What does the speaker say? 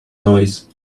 noise